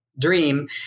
dream